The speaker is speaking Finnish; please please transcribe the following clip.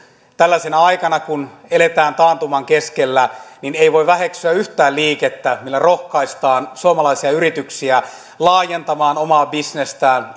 tällaisena aikana kun eletään taantuman keskellä ei voi väheksyä yhtään liikettä millä rohkaistaan suomalaisia yrityksiä laajentamaan omaa bisnestään